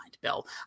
Bill